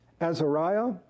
Azariah